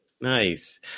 Nice